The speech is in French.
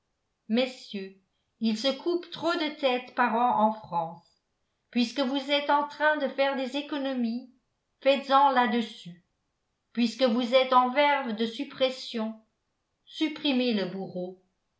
messieurs il se coupe trop de têtes par an en france puisque vous êtes en train de faire des économies faites-en là-dessus puisque vous êtes en verve de suppressions supprimez le bourreau